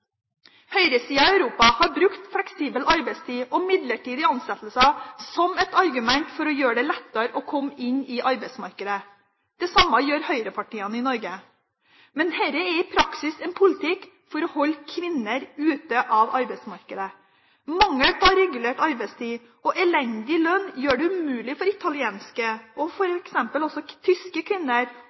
midlertidige ansettelser som et argument for å gjøre det lettere å komme inn i arbeidsmarkedet. Det samme gjør høyrepartiene i Norge. Men dette er i praksis en politikk for å holde kvinner ute fra arbeidsmarkedet. Mangel på regulert arbeidstid og elendig lønn gjør det umulig for italienske og f.eks. også tyske kvinner